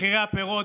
מחירי הפירות,